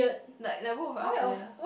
like like both of us like that